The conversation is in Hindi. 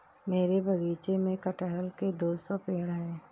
मेरे बगीचे में कठहल के दो सौ पेड़ है